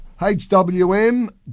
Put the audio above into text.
HWM